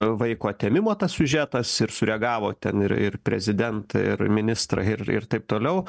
vaiko atėmimo tas siužetas ir sureagavo ten ir ir prezidentai ir ministrai ir ir taip toliau